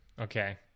Okay